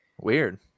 Weird